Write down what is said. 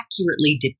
accurately